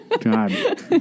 God